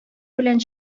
белән